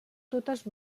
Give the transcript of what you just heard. totes